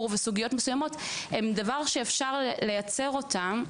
וסוגיות מסוימות הם דבר שאפשר לייצר אותם,